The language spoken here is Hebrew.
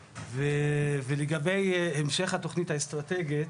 לגבי ההמשך של התכנית האסטרטגית,